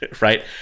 right